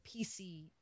PC